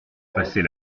passer